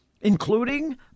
including